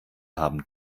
haben